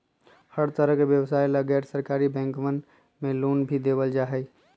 हर तरह के व्यवसाय ला गैर सरकारी बैंकवन मे लोन भी देवल जाहई